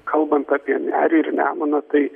kalbant apie nerį ir nemuną tai